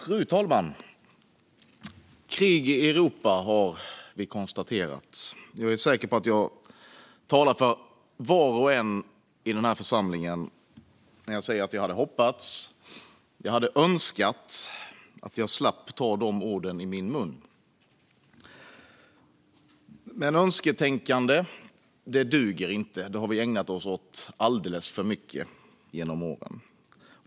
Fru talman! Det är krig i Europa, har vi konstaterat. Jag är säker på att jag talar för var och en i den här församlingen när jag säger att jag hade hoppats och önskat att jag skulle slippa ta de orden i min mun. Önsketänkande duger dock inte; det har vi ägnat oss åt alldeles för mycket genom åren.